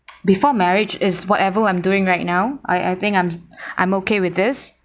before marriage is whatever I'm doing right now I I think I'm I'm okay with this